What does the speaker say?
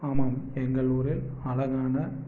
ஆமாம் எங்கள் ஊரில் அழகான